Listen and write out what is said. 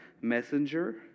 messenger